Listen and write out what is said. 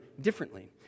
differently